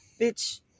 Bitch